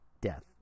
death